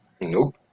Nope